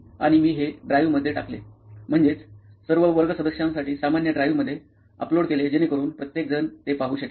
आणि मी हे ड्राईव्ह मध्ये टाकले म्हणजेच सर्व वर्ग सदस्यांसाठी सामान्य ड्राइव्हमध्ये अपलोड केले जेणेकरुन प्रत्येकजण ते पाहू शकेल